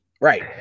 Right